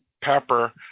Pepper